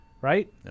right